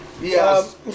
Yes